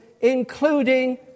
including